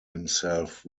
himself